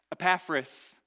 Epaphras